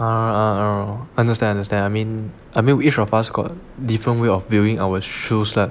ah oh oh understand understand I mean I mean each of us got different way of viewing our shoes lah